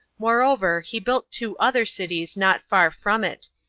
moreover, he built two other cities not far from it,